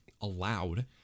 allowed